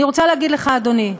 אני רוצה להגיד לך, אדוני,